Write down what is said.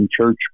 church